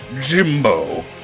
Jimbo